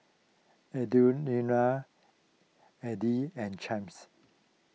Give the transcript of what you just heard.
Audriana Eddy and Champ